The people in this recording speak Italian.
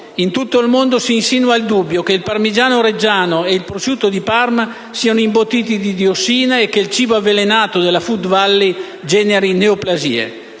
in tutto il mondo, si insinua il dubbio che il parmigiano-reggiano e il prosciutto di Parma siano imbottiti di diossina e che il "cibo avvelenato" della *food valley* generi neoplasie;